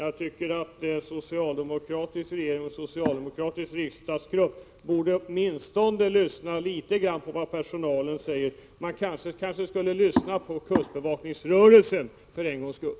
Jag tycker att en socialdemokratisk regering och en socialdemokratisk riksdagsgrupp borde lyssna åtminstone litet grand på vad personalen säger. Man kanske borde lyssna på kustbevakningsrörelsen för en gångs skull.